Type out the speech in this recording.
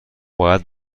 باید